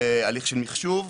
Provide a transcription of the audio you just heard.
הליך של מחשוב.